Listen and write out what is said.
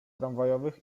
tramwajowych